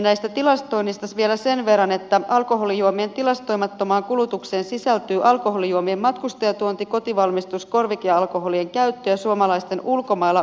näistä tilastoinneista vielä sen verran että alkoholijuomien tilastoimattomaan kulutukseen sisältyy alkoholijuomien matkustajatuonti kotivalmistus korvikealkoholien käyttö ja suomalaisten ulkomailla kuluttama alkoholi